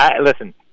listen